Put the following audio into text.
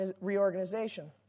reorganization